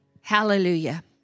Hallelujah